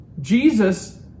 Jesus